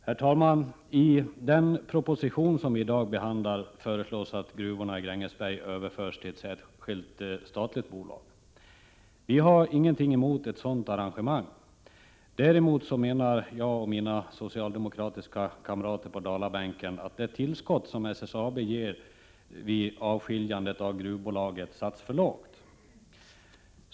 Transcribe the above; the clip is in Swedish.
Herr talman! I den proposition som vi behandlar i dag föreslås att gruvorna i Grängesberg överförs till ett särskilt statligt bolag. Vi har ingenting emot ett sådant arrangemang. Däremot menar jag och mina socialdemokratiska kamrater på Dalabänken att det tillskott som SSAB ger vid avskiljandet av gruvbolaget satts för lågt.